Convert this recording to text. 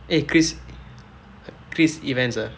eh chris chris evans ah